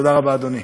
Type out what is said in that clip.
תודה רבה, אדוני.